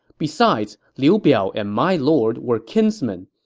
besides, liu biao and my lord were kinsmen.